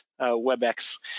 WebEx